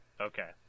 Okay